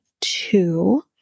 two